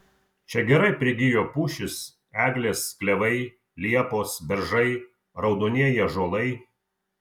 čia gerai prigijo pušys eglės klevai liepos beržai raudonieji ąžuolai